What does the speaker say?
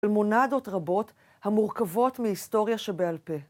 למונדות רבות המורכבות מהיסטוריה שבעל פה.